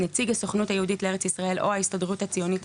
נציג הסוכנות היהודית לארץ ישראל או ההסתדרות הציונית העולמית,